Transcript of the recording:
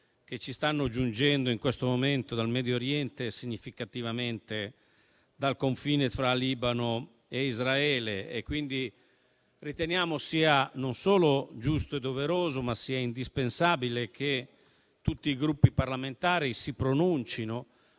che ci stanno giungendo in questo momento dal Medio Oriente, significativamente dal confine fra Libano e Israele. Riteniamo sia non solo giusto e doveroso, ma indispensabile che tutti i Gruppi parlamentari si pronuncino